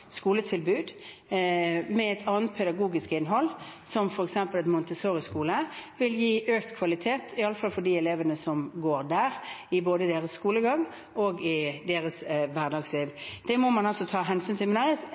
skoletilbud med et annet pedagogisk innhold, som f.eks. en montessoriskole, vil gi økt kvalitet, iallfall for de elevene som går der, i både deres skolegang og deres hverdagsliv. Det må man ta hensyn til,